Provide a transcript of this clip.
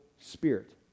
spirit